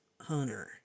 hunter